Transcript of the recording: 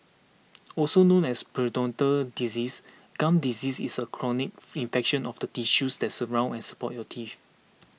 also known as periodontal disease gum disease is a chronic fee infection of the tissues that surround and support your teeth